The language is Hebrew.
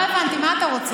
לא הבנתי, מה אתה רוצה?